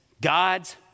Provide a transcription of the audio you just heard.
God's